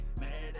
Mad